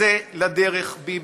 צא לדרך, ביבי,